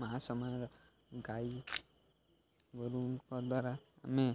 ମା' ସମାନର ଗାଈ ଗୋରୁଙ୍କ ଦ୍ୱାରା ଆମେ